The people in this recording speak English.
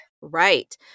Right